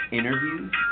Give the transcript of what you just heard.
interviews